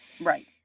right